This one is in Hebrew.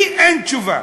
לי אין תשובה.